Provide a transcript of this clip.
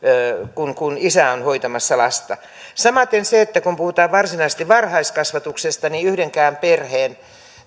kun kun isä on hoitamassa lasta samaten kun puhutaan varsinaisesti varhaiskasvatuksesta niin yhdenkään perheen